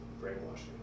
Brainwashing